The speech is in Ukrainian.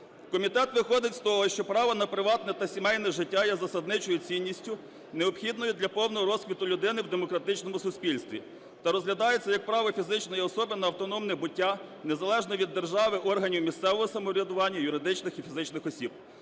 Комітет виходив з того, що право на приватне та сімейне життя є засадничою цінністю, необхідною для повного розквіту людини в демократичному суспільстві, та розглядається як право фізичної особи на автономне буття незалежно від держави, органів місцевого самоврядування, юридичних і фізичних осіб.